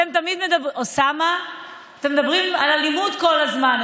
אתם מדברים על אלימות כל הזמן,